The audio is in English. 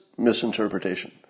misinterpretation